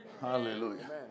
Hallelujah